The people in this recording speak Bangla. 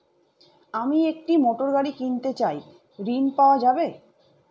আমি একটি মোটরগাড়ি কিনতে চাই ঝণ পাওয়া যাবে?